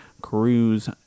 cruise